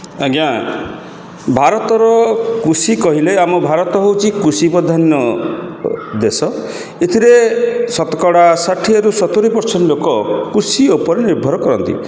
ଆଜ୍ଞା ଭାରତର କୃଷି କହିଲେ ଆମ ଭାରତ ହେଉଛି କୃଷ୍ୟପ୍ରଧାନ ଦେଶ ଏଥିରେ ଶତକଡ଼ା ଷାଠିଏରୁ ସତୁରି ପର୍ସେଣ୍ଟ୍ ଲୋକ କୃଷି ଉପରେ ନିର୍ଭର କରନ୍ତି